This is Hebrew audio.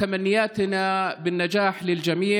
אנו מאחלים הצלחה לכולם,